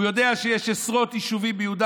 הוא יודע שיש עשרות יישובים ביהודה